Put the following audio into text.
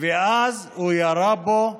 ואז הוא ירה בו,